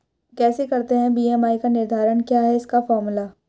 कैसे करते हैं बी.एम.आई का निर्धारण क्या है इसका फॉर्मूला?